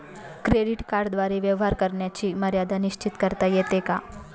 Credit कार्डद्वारे व्यवहार करण्याची मर्यादा निश्चित करता येते का?